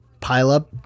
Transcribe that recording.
pile-up